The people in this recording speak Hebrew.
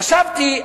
חשבתי,